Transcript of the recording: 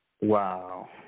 Wow